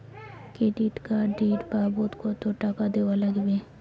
Credit card এর বাবদ কতো টাকা দেওয়া লাগবে?